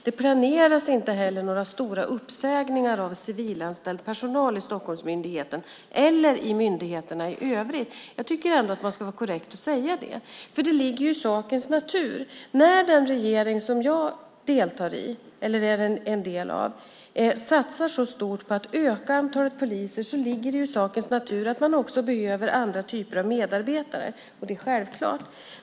Det planeras inte heller några stora uppsägningar av civilanställd personal i Stockholmsmyndigheten eller i myndigheterna i övrigt. Jag tycker ändå att man ska vara korrekt och säga det. När den regering som jag är en del av satsar så stort på att öka antalet poliser ligger det i sakens natur att man också behöver andra typer av medarbetare. Det är självklart.